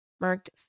marked